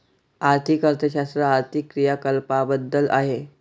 आर्थिक अर्थशास्त्र आर्थिक क्रियाकलापांबद्दल आहे